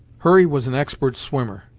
hurry was an expert swimmer,